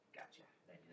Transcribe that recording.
Gotcha